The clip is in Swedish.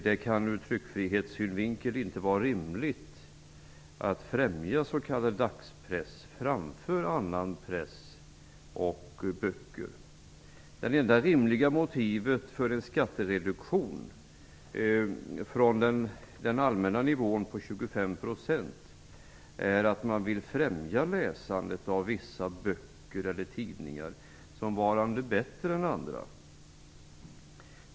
Det kan ur tryckfrihetssynvinkel inte vara rimligt att främja s.k. dagspress framför annan press och böcker. Det enda rimliga motivet för en skattereduktion från den allmänna nivån på 25 % är att man vill främja läsandet av vissa böcker eller tidningar som varande bättre än de andra.